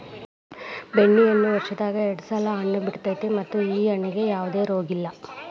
ಬೆಣ್ಣೆಹಣ್ಣ ವರ್ಷದಾಗ ಎರ್ಡ್ ಸಲಾ ಹಣ್ಣ ಬಿಡತೈತಿ ಮತ್ತ ಈ ಹಣ್ಣಿಗೆ ಯಾವ್ದ ರೋಗಿಲ್ಲ